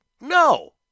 No